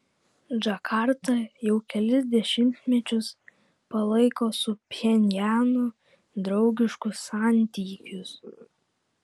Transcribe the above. džakarta jau kelis dešimtmečius palaiko su pchenjanu draugiškus santykius